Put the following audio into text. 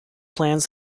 plans